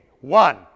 One